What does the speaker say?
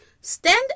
Stand